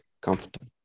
Comfortable